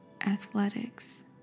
Athletics